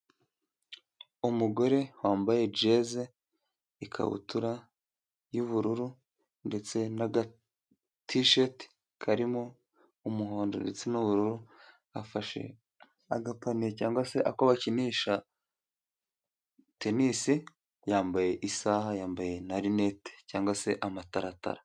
Umugore wambaye jeze, ikabutura y'ubururu ndetse n'agatisheti karimo umuhondo ndetse n'ubururu, afashe agapaniye cyangwa se ako bakinisha tenisi, yambaye isaha, yambaye na linete cyangwa se amataratara.